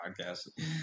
podcast